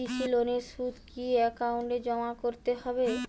কৃষি লোনের সুদ কি একাউন্টে জমা করতে হবে?